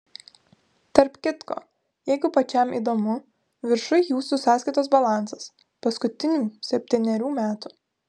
tarp kitko jeigu pačiam įdomu viršuj jūsų sąskaitos balansas paskutinių septynerių metų